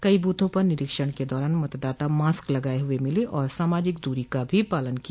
कई बूथों पर निरीक्षण के दौरान मतदाता मास्क लगाये हुए मिले और सामाजिक दूरी का भी पालन किया